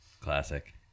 Classic